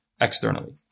externally